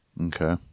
Okay